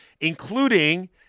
including